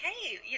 hey